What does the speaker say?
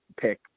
pick